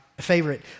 favorite